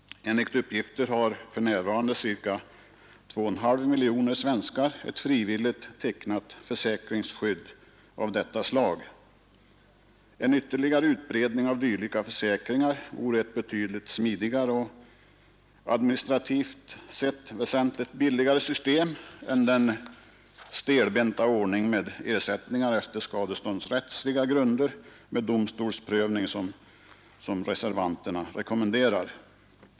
Enligt uppgifter har för närvarande ca 2,5 miljoner svenskar ett frivilligt tecknat försäkringsskydd av detta slag. En ytterligare utbredning av dylika försäkringar vore ett betydligt smidigare och administrativt sett väsentligt billigare system än den stelbenta ordning med ersättningar på skadeståndsrättsliga grunder med domstolsprövning som reservanterna rekommenderar.